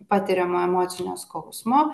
patiriamo emocinio skausmo